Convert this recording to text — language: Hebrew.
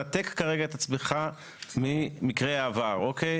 נתק כרגע את עצמך ממקרי העבר, אוקיי?